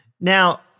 Now